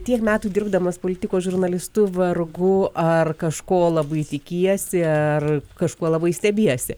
tiek metų dirbdamas politikos žurnalistu vargu ar kažko labai tikiesi ar kažkuo labai stebiesi